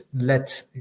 let